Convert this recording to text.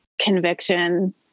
conviction